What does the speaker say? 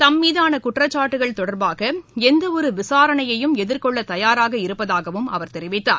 தம்மீதான குற்றச்சாட்டுகள் தொடர்பாக எந்தவொரு விசாரணையையும் எதிர்கொள்ள தயாராக இருப்பதாகவும் அவர் தெரிவித்தார்